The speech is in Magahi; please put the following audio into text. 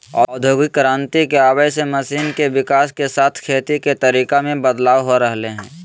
औद्योगिक क्रांति के आवय से मशीन के विकाश के साथ खेती के तरीका मे बदलाव हो रहल हई